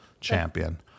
champion